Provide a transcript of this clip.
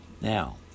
now